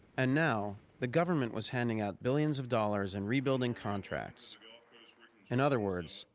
and now the government was handing out billions of dollars in rebuilding contracts in other words,